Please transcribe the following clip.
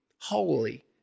holy